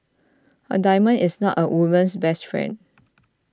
a diamond is not a woman's best friend